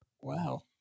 Wow